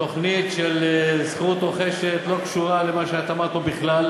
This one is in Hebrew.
התוכנית של זכות רוכשת לא קשורה למה שאת אמרת פה בכלל.